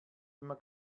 immer